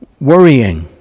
worrying